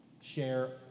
share